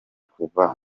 kuva